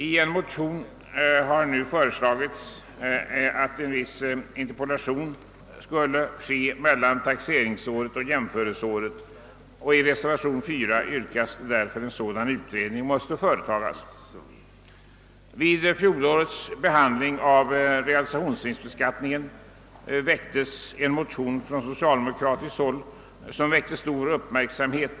I en motion har nu föreslagits, att en viss interpolation skall ske mellan taxeringsåret och jämförelseåret, och i reservation 4 yrkas att en sådan utredning härom företas. Vid fjolårets behandling av realisationsvinstbeskattningen väckte en motion från socialdemokratiskt håll stor uppmärksamhet.